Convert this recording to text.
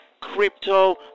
crypto